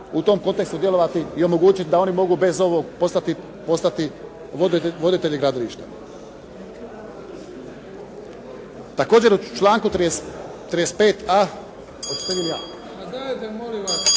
u tom kontekstu djelovati i omogućiti da oni mogu bez ovoga postati voditelji gradilišta. Također, u članku 35.a.